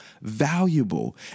valuable